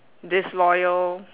disloyal